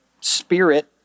spirit